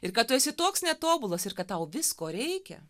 ir kad tu esi toks netobulas ir kad tau visko reikia